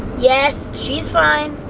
yes, she's fine.